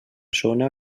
zona